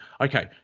Okay